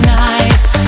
nice